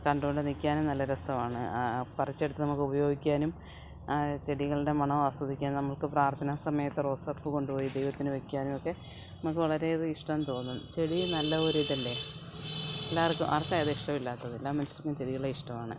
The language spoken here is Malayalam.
കണ്ടുകൊണ്ടു നില്ക്കാനും നല്ല രസമാണ് പറിച്ചെടുത്ത് നമുക്ക് ഉപയോഗിക്കാനും ആ ചെടികളുടെ മണം ആസ്വദിക്കാനും നമ്മൾക്ക് പ്രാർത്ഥനാ സമയത്ത് റോസാപ്പൂ കൊണ്ടുപോയി ദൈവത്തിന് വെക്കാനും ഒക്കെ നമക്ക് വളരെയധികം ഇഷ്ടം തോന്നും ചെടി നല്ലൊരു ഇതല്ലേ എല്ലാവർക്കും ആർക്കാണ് അത് ഇഷ്ടം ഇല്ലാത്തത് എല്ലാ മനുഷ്യർക്കും ചെടികളെ ഇഷ്ടമാണ്